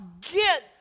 get